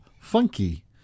Funky